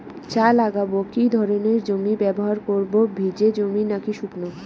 চা লাগাবো কি ধরনের জমি ব্যবহার করব ভিজে জমি নাকি শুকনো?